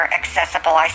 accessible